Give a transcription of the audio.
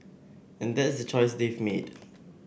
and that's the choice they've made